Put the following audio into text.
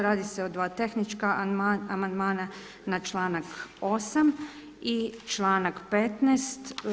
Radi se o dva tehnička amandmana na članak 8. i članak 15.